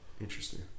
Interesting